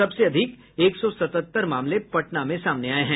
सबसे अधिक एक सौ सतहत्तर मामले पटना में सामने आये हैं